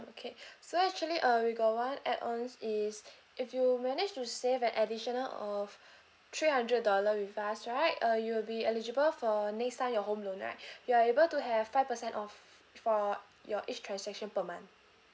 okay so actually uh we got one add ons is if you manage to save an additional of three hundred dollar with us right uh you'll be eligible for next time your home loan right you are able to have five percent off for your each transaction per month